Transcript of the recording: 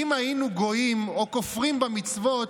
אם היינו גויים או כופרים במצוות,